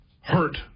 hurt